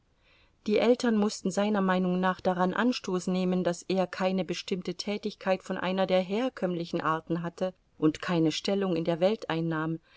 die eltern mußten seiner meinung nach daran anstoß nehmen daß er keine bestimmte tätigkeit von einer der herkömmlichen arten hatte und keine stellung in der welt einnahm